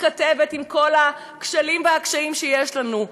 שמתכתבת עם כל הכשלים והקשיים שיש לנו,